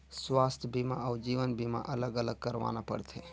स्वास्थ बीमा अउ जीवन बीमा अलग अलग करवाना पड़थे?